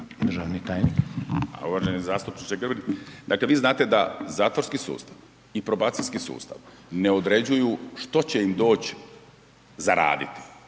državni tajnik.